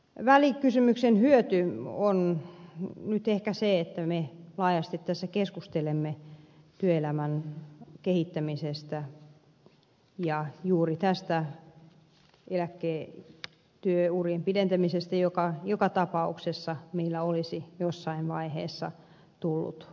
välikysymyksen hyöty on nyt ehkä se että me laajasti tässä keskustelemme työelämän kehittämisestä ja juuri tästä työurien pidentämisestä joka joka tapauksessa meillä olisi jossain vaiheessa tullut vastaan